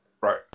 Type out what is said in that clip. Right